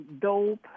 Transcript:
dope